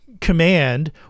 command